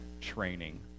training